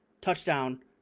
touchdown